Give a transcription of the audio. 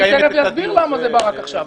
אני תכף אסביר למה זה בא רק עכשיו.